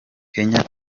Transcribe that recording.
kenya